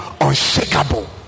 unshakable